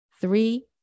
three